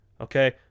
Okay